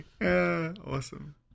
Awesome